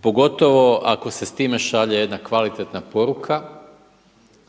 pogotovo ako se s time šalje jedna kvalitetna poruka